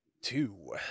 two